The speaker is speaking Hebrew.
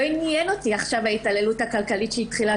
עניינה אותי ההתעללות הכלכלית שהתחילה,